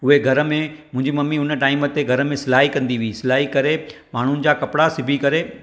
उहे घर में मुंहिंजी मम्मी उन टाइम ते घर में सिलाई कंदी हुई सिलाई करे माण्हुनि जा कपिड़ा सुबी करे